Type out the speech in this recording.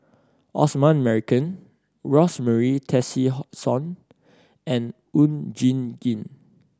Osman Merican Rosemary Tessensohn and Oon Jin Gee